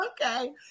Okay